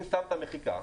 אם שמת מחיקה,